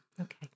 okay